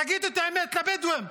תגידו את האמת לבדואים: